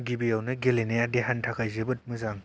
गिबियावनो गेलेनाया देहानि थाखाय जोबोद मोजां